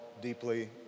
deeply